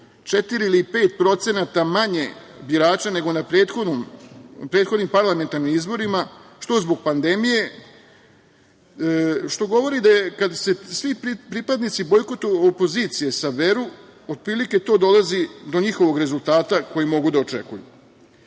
ili pet procenata manje birača nego na prethodnim parlamentarnim izborima što zbog pandemije, što govori kada se svi pripadnici opozicije saberu, otprilike to dolazi do njihovog rezultata koji mogu da